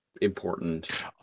important